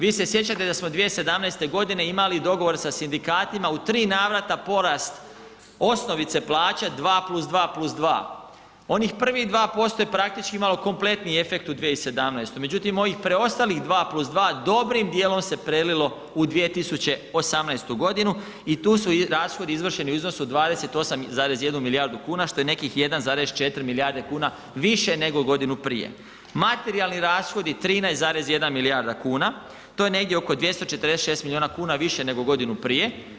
Vi se sjećate da smo 2017.g. imali dogovor sa sindikatima u 3 navrata porast osnovice plaće 2+2+2, onih prvih 2% je praktički imalo kompletniji efekt u 2017., međutim ovih preostalih 2+2 dobrim dijelom se prelilo u 2018.g. i tu su rashodi izvršeni u iznosu od 28,1 milijardu kuna, što je nekih 1,4 milijarde kuna više nego godinu prije, materijalni rashodi 13,1 milijarda kuna, to je negdje oko 246 milijuna kuna više nego godinu prije.